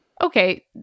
Okay